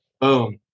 Boom